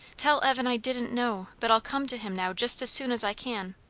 tell evan i didn't know but i'll come to him now just as soon as i can.